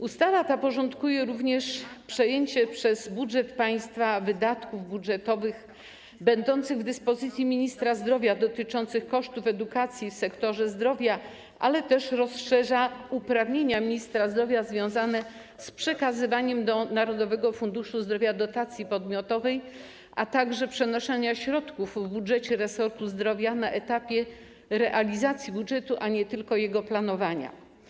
Ustawa porządkuje również kwestie dotyczące przejęcia przez budżet państwa wydatków budżetowych będących w dyspozycji ministra zdrowia - chodzi o wydatki dotyczące edukacji w sektorze zdrowia - oraz rozszerza uprawnienia ministra zdrowia związane z przekazywaniem do Narodowego Funduszu Zdrowia dotacji podmiotowej, a także przenoszenia środków w budżecie resortu zdrowia na etapie realizacji budżetu, a nie tylko jego planowania.